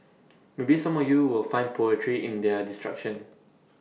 maybe some of you will find poetry in their destruction